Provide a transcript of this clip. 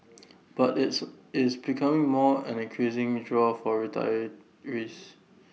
but it's is becoming more an increasing draw for retirees